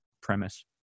premise